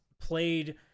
played